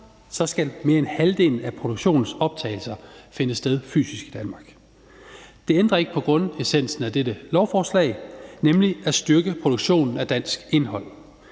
også skal mere end halvdelen af produktionens optagelser finde sted fysisk i Danmark. Det ændrer ikke på grundessensen af dette lovforslag, nemlig at styrke produktionen af dansk indhold.